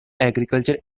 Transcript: agriculture